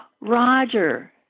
Roger